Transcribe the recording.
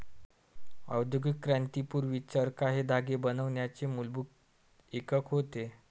औद्योगिक क्रांती पूर्वी, चरखा हे धागे बनवण्याचे मूलभूत एकक होते